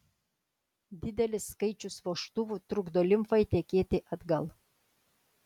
didelis skaičius vožtuvų trukdo limfai tekėti atgal